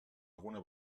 alguna